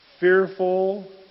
Fearful